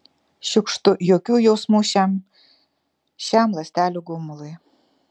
šiukštu jokių jausmų šiam šiam ląstelių gumului